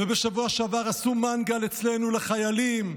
ובשבוע שעבר עשו מנגל אצלנו לחיילים,